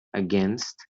against